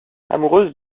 amoureuse